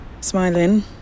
Smiling